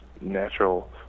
natural